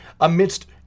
amidst